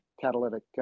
catalytic